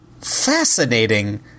Fascinating